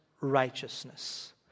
righteousness